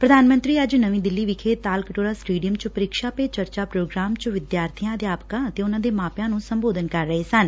ਪ੍ਰਧਾਨ ਮੰਤਰੀ ਅੱਜ ਨਵੀ ਦਿੱਲੀ ਵਿਖੇ ਤਾਲਕਟੋਰਾ ਸਟੇਡੀਅਮ ਚ ਪ੍ਰੀਖਿਆ ਪੇ ਚਰਚਾ ਪ੍ਰੋਗਰਾਮ ਚ ਵਿਦਿਆਰਬੀਆਂ ਅਧਿਆਪਕਾਂ ਅਤੇ ਮਾਤਾ ਪਿਤਾ ਨੁੰ ਸੰਬੋਧਨ ਕਰ ਰਹੇ ਸਨ